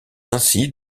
ainsi